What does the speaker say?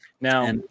Now